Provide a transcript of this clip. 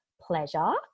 pleasure